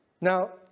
now